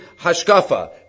hashkafa